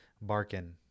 Barkin